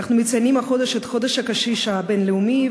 אנחנו מציינים החודש את חודש הקשיש הבין-לאומי,